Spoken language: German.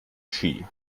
ski